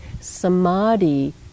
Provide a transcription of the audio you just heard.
Samadhi